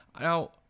Now